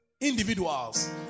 individuals